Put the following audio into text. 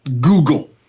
Google